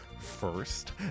first